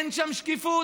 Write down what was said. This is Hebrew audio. אין שם שקיפות,